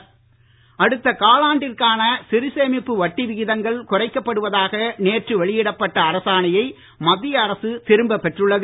நிர்மலாசீத்தாராமன் அடுத்த காலாண்டிற்கான சிறு சேமிப்பு வட்டி விகிதங்கள் குறைக்கப்படுவதாக நேற்று வெளியிடப்பட்ட அரசாணையை மத்திய அரசு திரும்ப பெற்றுள்ளது